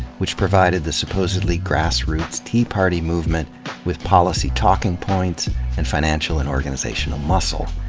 which provided the supposedly grassroots tea party movement with policy talking points and financial and organizational muscle.